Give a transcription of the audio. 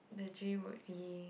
the dream would be